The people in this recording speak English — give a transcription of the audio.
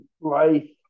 life